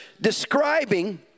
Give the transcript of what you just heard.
describing